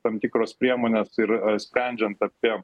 tam tikros priemonės ir sprendžiant apie